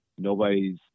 Nobody's